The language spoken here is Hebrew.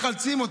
מחלצים אותי,